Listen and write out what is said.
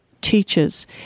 teachers